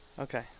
Okay